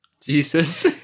Jesus